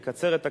נקצר את הכול,